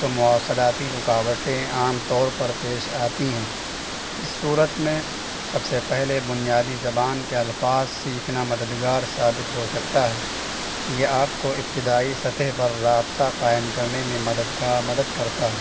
تو مواصلاتی رکاوٹیں عام طور پر پیش آتی ہیں اس صورت میں سب سے پہلے بنیادی زبان کے الفاظ سیکھنا مددگار ثابت ہو سکتا ہے یہ آپ کو ابتدائی سطح پر رابطہ قائم کرنے میں مددگار مدد کرتا ہے